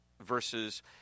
versus